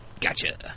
Gotcha